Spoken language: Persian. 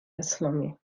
اسلامی